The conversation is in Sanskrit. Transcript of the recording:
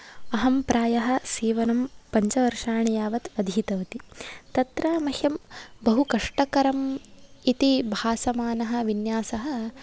अहं प्रायः सीवनं पञ्चवर्षाणि यावद् अधीतवती तत्र मह्यं बहुकष्टकरम् इति भासमानः विन्यासः